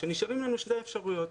נשארות לנו שתי אפשרויות.